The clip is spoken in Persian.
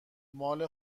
مال